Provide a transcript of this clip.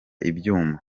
ibyuma